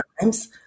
times